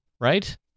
right